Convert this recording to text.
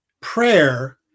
prayer